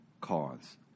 cause